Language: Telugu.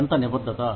ఎంత నిబద్ధత